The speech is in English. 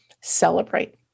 Celebrate